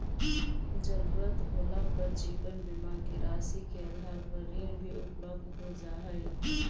ज़रूरत होला पर जीवन बीमा के राशि के आधार पर ऋण भी उपलब्ध हो जा हई